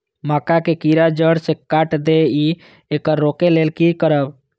मक्का के कीरा जड़ से काट देय ईय येकर रोके लेल की करब?